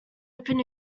open